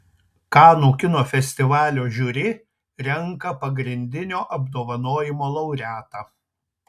kanų kino festivalio žiuri renka pagrindinio apdovanojimo laureatą